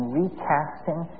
recasting